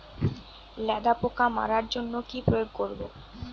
লেদা পোকা মারার জন্য কি প্রয়োগ করব?